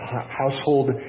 household